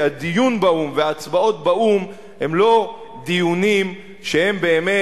כי הדיון וההצבעות באו"ם הם לא דיונים שניתן